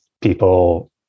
people